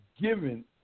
given